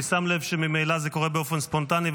אני שם לב שממילא זה קורה באופן ספונטני,